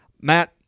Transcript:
Matt